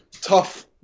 tough